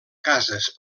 cases